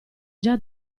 già